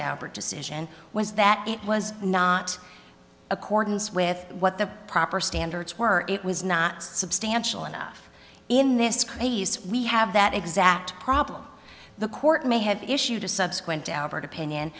dauber decision was that it was not accordance with what the proper standards were it was not substantial enough in this case we have that exact problem the court may have issued a subsequent daubert opinion